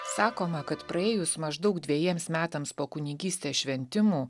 sakoma kad praėjus maždaug dvejiems metams po kunigystės šventimų